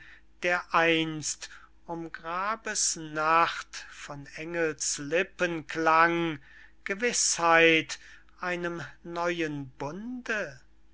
der einst um grabes nacht von engelslippen klang gewißheit einem neuen bunde